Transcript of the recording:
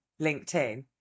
LinkedIn